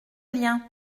lien